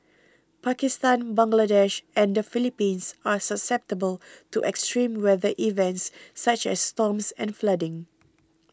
Pakistan Bangladesh and the Philippines are susceptible to extreme weather events such as storms and flooding